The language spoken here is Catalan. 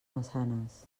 maçanes